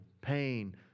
pain